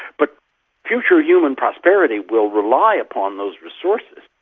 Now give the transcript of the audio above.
but future human prosperity will rely upon those resources.